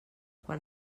quan